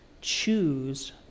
choose